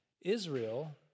Israel